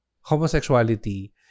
homosexuality